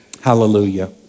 Hallelujah